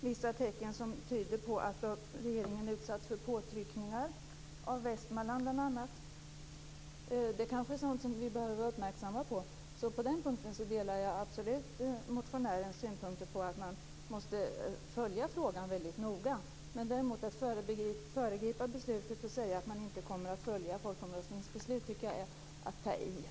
Vissa tecken som tyder på att regeringen har utsatts för påtryckningar av bl.a. Västmanland kanske är sådant som vi behöver vara uppmärksamma på. På den punkten delar jag absolut motionärens synpunkter på att man måste följa frågan väldigt noga. Men att däremot föregripa beslutet och säga att man inte kommer att följa folkomröstningsbeslut tycker jag är att ta i.